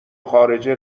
خارجه